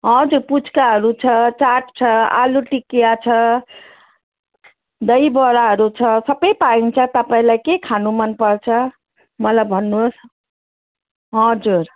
हजुर पुच्काहरू छ चाट छ आलु टिकिया छ दहीबडाहरू छ सबै पाइन्छ तपाईँलाई के खानु मन पर्छ मलाई भन्नुहोस् हजुर